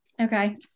Okay